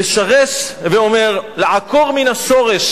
כלומר לעקור מן השורש